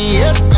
yes